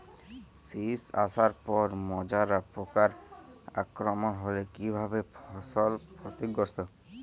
শীষ আসার পর মাজরা পোকার আক্রমণ হলে কী ভাবে ফসল ক্ষতিগ্রস্ত?